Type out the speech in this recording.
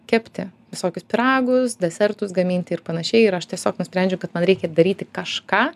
kepti visokius pyragus desertus gaminti ir panašiai ir aš tiesiog nusprendžiau kad man reikia daryti kažką